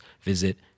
visit